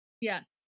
Yes